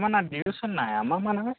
ఏమన్న డ్యూస్ ఉన్నాయా అమ్మ మనవి